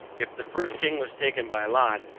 if the first king was taken by lot,